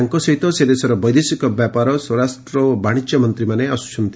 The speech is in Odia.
ତାଙ୍କ ସହିତ ସେ ଦେଶର ବୈଦେଶିକ ବ୍ୟାପାର ସ୍ୱରାଷ୍ଟ୍ର ଓ ବାଣିଜ୍ୟ ମନ୍ତ୍ରୀମାନେ ଆସୁଛନ୍ତି